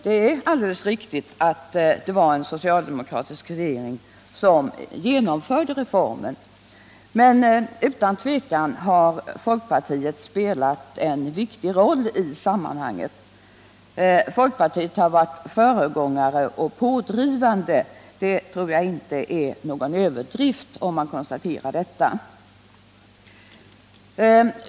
Det är alldeles riktigt att det var en socialdemokratisk regering som genomförde reformen, men utan tvekan har folkpartiet spelat en viktig roll i sammanhanget. Folkpartiet har varit föregångare och pådrivare. Det torde inte vara någon överdrift att konstatera detta.